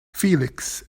felix